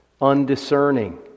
undiscerning